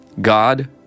God